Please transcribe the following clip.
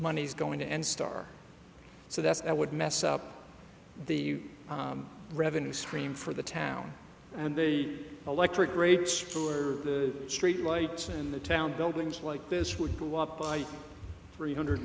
money's going to end star so that's i would mess up the revenue stream for the town and the electric rates for the street lights and the town buildings like this would go up by three hundred